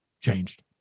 changed